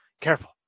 careful